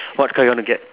what car you want to get